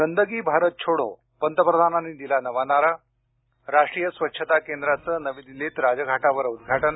गंदगी भारत छोडो पंतप्रधानांनी दिला नवा नारा राष्ट्रीय स्वच्छता केंद्राचं नवी दिल्लीत राजघाटावर उद्घाटन